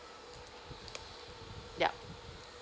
yup